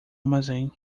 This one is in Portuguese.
armazém